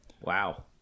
wow